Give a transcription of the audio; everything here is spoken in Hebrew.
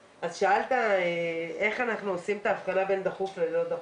שאלת איך אנחנו עושים את ההבחנה בין דחוף ללא דחוף.